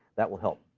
that will help.